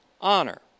honor